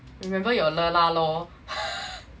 remember your leh lah lor